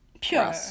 pure